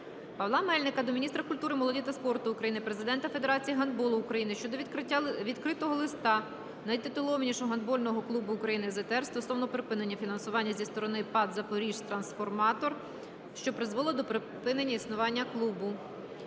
Павла Мельника до міністра культури, молоді та спорту України, Президента Федерації гандболу України щодо відкритого листа найтитулованішого гандбольного клубу України "ZTR" стосовно припинення фінансування зі сторони ПАТ "Запоріжтрансформатор", що призвело до припинення існування клубу.